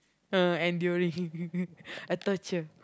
uh enduring a torture